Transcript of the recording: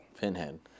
Pinhead